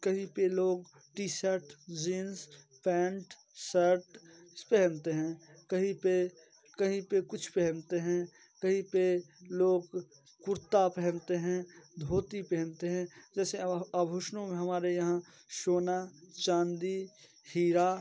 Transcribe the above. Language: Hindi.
कहीं पे लोग T shirt jeans pant shirt पहनते हैं कहीं पे कहीं पे कुछ पहनते हैं कहीं पे लोग कुर्ता पहनते हैं धोती पहनते हैं जैसे आभूषणों में हमारे यहाँ सोना चांदी हीरा